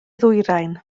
ddwyrain